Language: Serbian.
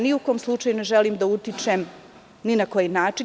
Ni u kom slučaju ne želim da utičem ni na koji način.